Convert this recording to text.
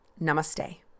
Namaste